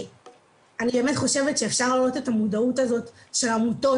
אני באמת חושבת שאפשר להעלות את המודעות הזאת של עמותות,